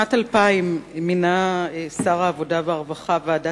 בשנת 2000 מינה שר העבודה והרווחה ועדה